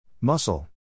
Muscle